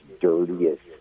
dirtiest